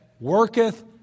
worketh